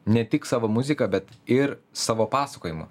ne tik savo muziką bet ir savo pasakojimu